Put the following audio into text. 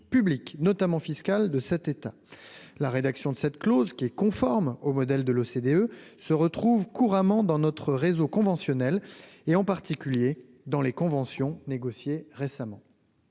publiques notamment fiscales de cet état, la rédaction de cette clause qui est conforme au modèle de l'OCDE se retrouve couramment dans notre réseau conventionnel et en particulier dans les conventions négociées récemment.